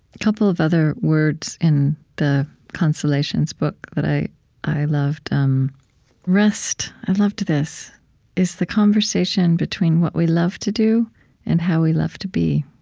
couple of other words in the consolations book that i i loved um rest i loved this is the conversation between what we love to do and how we love to be.